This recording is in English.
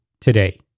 today